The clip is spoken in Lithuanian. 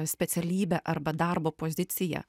specialybę arba darbo poziciją